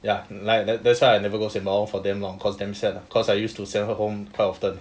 ya like that that's why I never go sembawang for damn long cause damn sad lah cause I used to send her home quite often